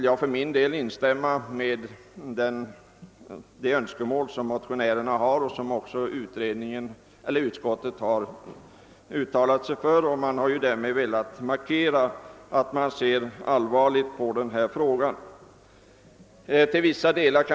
Jag instämmer i det önskemål som motionärerna har uttalat och som utskottet har anslutit sig till för att markera hur allvarlig hela denna fråga är.